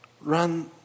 run